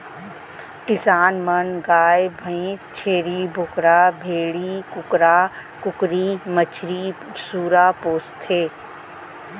किसान मन गाय भईंस, छेरी बोकरा, भेड़ी, कुकरा कुकरी, मछरी, सूरा पोसथें